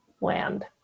land